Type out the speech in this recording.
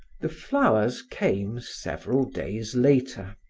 the flowers came several days later.